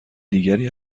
دیگری